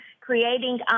creating